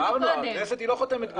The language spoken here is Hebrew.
אמרנו, הכנסת היא לא חותמת גומי.